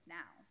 now